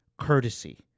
courtesy